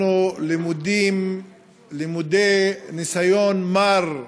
אנחנו למודי ניסיון, מר,